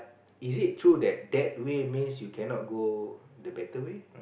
is it true that that way means you cannot go the better way